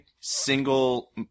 single